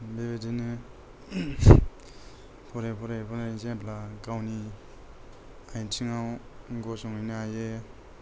बेबादिनो फरायै फरायै जेब्ला गावनि आथिङाव गसंहैनो हायो